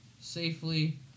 safely